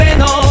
no